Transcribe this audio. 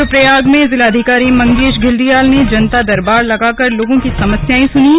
द्रप्रयाग में जिलाधिकारी मंगेश घिल्डियाल ने जनता दरबार लगाकर लोगों की समस्याएं सुनीं